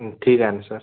ठीक आहे नासर